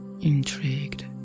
Intrigued